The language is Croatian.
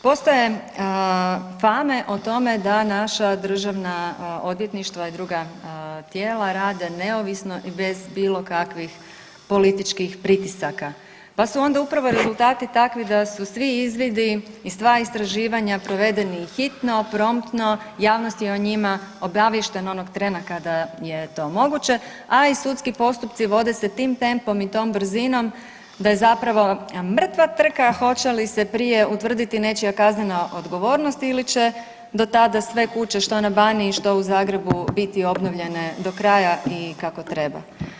Postoje fame o tome da naša državna odvjetništva i druga tijela rade neovisno i bez bilo kakvih političkih pritisaka, pa su onda upravo rezultati takvi da su svi izvidi i sva istraživanja provedeni hitno, promptno, javnost je o njima obaviještena onog trena kada je to moguće, a i sudski postupci vode se tim tempom i tom brzinom da je zapravo mrtva trka hoće li se prije utvrditi nečija kaznena odgovornost ili će sve kuće što na Baniji, što u Zagrebu biti obnovljene do kraja i kako treba.